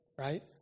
right